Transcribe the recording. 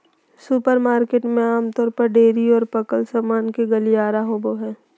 supermarket में आमतौर पर डेयरी और पकल सामान के गलियारा होबो हइ